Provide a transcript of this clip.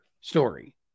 story